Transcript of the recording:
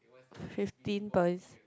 fifteen points